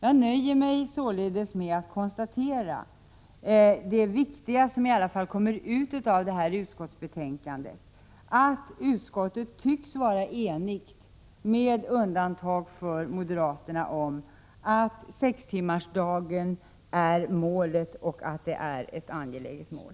Jag nöjer mig således med att konstatera det viktiga som i alla fall har kommit ut av detta utskottsbetänkande, nämligen att utskottet med undantag för moderaterna tycks vara enigt om att sex timmars arbetsdag är ett angeläget mål.